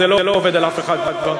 זה לא עובד על אף אחד כבר.